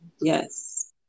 Yes